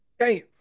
Okay